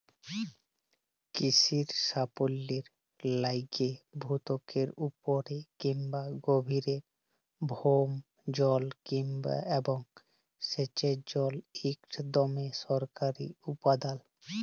কিসির সাফল্যের লাইগে ভূত্বকের উপরে কিংবা গভীরের ভওম জল এবং সেঁচের জল ইকট দমে দরকারি উপাদাল